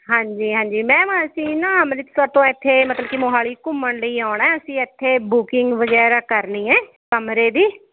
ਹਾਂਜੀ ਹਾਂਜੀ ਮੈਮ ਅਸੀਂ ਨਾ ਮਤਲਬ ਤੁਹਾਤੋਂ ਇਥੇ ਮਤਲਵ ਕੀ ਮੋਹਾਲੀ ਘੁੰਮਣ ਲਈ ਆਉਂਣਾ ਅਸੀਂ ਇਥੇ ਬੁਕਿੰਗ ਵਗੈਰਾ ਕਰਨੀ ਹੈ ਕਮਰੇ ਦੀ